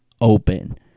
open